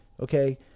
Okay